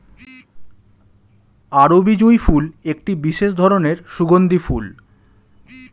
আরবি জুঁই ফুল একটি বিশেষ ধরনের সুগন্ধি ফুল